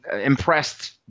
impressed